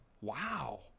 Wow